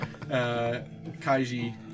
Kaiji